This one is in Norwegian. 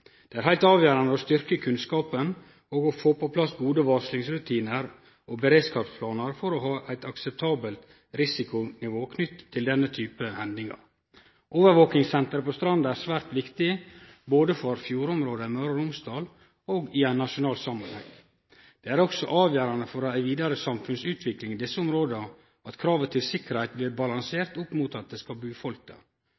Det er heilt avgjerande å styrkje kunnskapen og å få på plass gode varslingsrutinar og beredskapsplanar for å ha eit akseptabelt risikonivå knytt til denne typen hendingar. Overvakingssenteret på Stranda er svært viktig både for fjordområda i Møre og Romsdal og i ein nasjonal samanheng. Det er også avgjerande for ei vidare samfunnsutvikling i desse områda at krava til sikkerheit blir